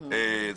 העיר.